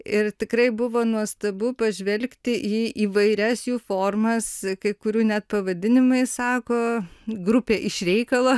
ir tikrai buvo nuostabu pažvelgti į įvairias jų formas kai kurių net pavadinimai sako grupė iš reikalo